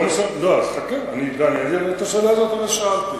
חכה, הרי את השאלה הזאת שאלתי.